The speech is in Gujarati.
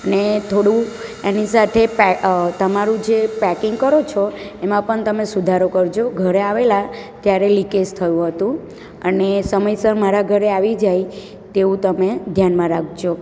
અને થોડું એની સાથે પે તમારું જે પેકીંગ કરો છો એમાં પણ તમે સુધારો કરજો ઘરે આવેલા ત્યારે લીકેજ થયું હતું અને સમયસર મારા ઘરે આવી જાય તેવું તમે ધ્યાનમાં રાખજો